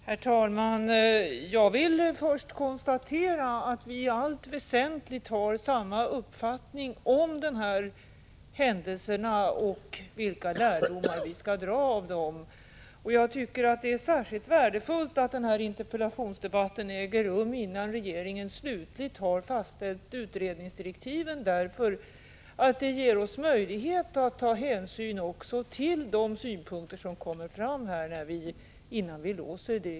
Herr talman! Jag vill först konstatera att vi i allt väsentligt har samma uppfattning om händelserna och om vilka lärdomar vi skall dra av dem. Det är särskilt värdefullt att denna interpellationsdebatt äger rum innan regeringen slutgiltigt har fastställt utredningsdirektiven, eftersom det ger oss möjlighet att där ta hänsyn också till de synpunkter som kommer fram här.